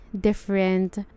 different